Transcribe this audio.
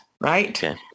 right